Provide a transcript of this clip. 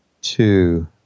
two